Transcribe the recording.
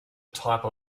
type